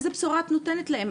איזו בשורה את נותנת להן,